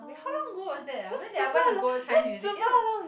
wait how long ago was that ah when did I wanna go Chinese music that was